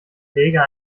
leger